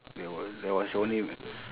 there was there was only